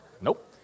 Nope